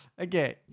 Okay